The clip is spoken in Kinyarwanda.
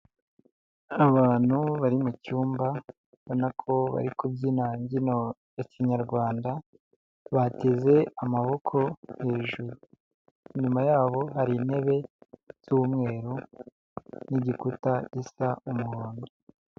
Abantu bari mu cyumba, ubonako bari kubyina imbyino ya Kinyarwanda, bateze amaboko hejuru. Inyuma yabo hari intebe z'umweru n'igikuta gisa umuhondo.